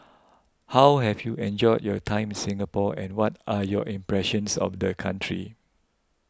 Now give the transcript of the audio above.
how have you enjoyed your time in Singapore and what are your impressions of the country